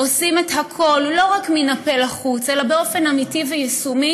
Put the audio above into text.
עושים הכול לא רק מן הפה ולחוץ אלא באופן אמיתי ויישומי